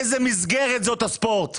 אני יודע איזו מסגרת מהווה הספורט.